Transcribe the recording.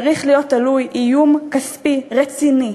צריך להיות תלוי איום כספי רציני,